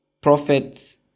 prophets